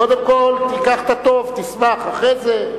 קודם כול, תיקח את הטוב, תשמח, אחרי זה,